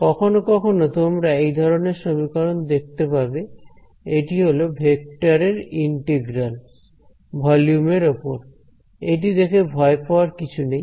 কখনো কখনো তোমরা এই ধরনের সমীকরণ দেখতে পাবে এটি হলো ভেক্টরের ইন্টিগ্রাল ভলিউম এর ওপর এটি দেখে ভয় পাওয়ার কিছু নেই